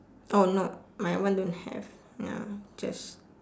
oh no my one don't have ya just